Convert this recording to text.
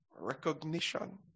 Recognition